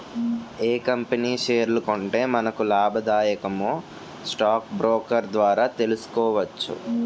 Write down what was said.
ఏ company షేర్లు కొంటే మనకు లాభాదాయకమో స్టాక్ బ్రోకర్ ద్వారా తెలుసుకోవచ్చు